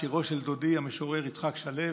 שירו של דודי המשורר יצחק שלו,